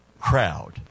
crowd